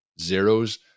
zeros